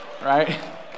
right